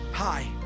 Hi